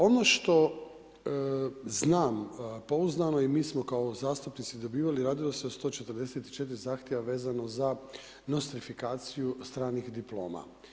Ono što znam pouzdano i mi smo kao zastupnici dobivali, radilo se o 144 zahtjeva vezano za nostrifikaciju stranih diploma.